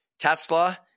Tesla